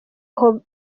aho